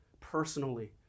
personally